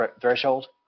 threshold